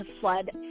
flood